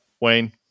Wayne